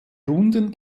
runden